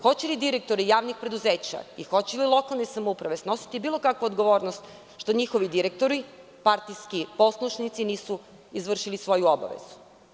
Hoće li direktori javnih preduzeća i hoće li lokalne samouprave snositi bilo kakvu odgovornost što njihovi direktori, partijski poslušnici, nisu izvršili svoju obavezu?